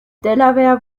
delaware